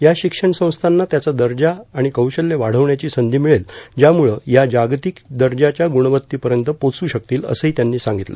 या शिक्षण संस्थांना त्याचा दर्जा आणि कौशल्य वाढवण्याची संधी मिळेल ज्यामुळं त्या जागतिक दर्जाच्या गुणवत्तेपर्यंत पोचू शकतील असंही त्यांनी सांगितलं